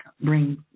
bring